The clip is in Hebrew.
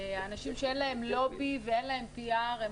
אין להם לובי ולא יחסי ציבור,